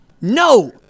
no